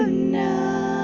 ah now